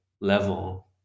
level